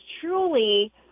truly